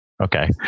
Okay